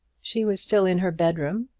she was still in her bedroom,